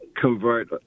convert